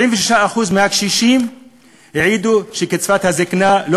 96% מהקשישים העידו שקצבת הזיקנה לא